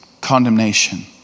condemnation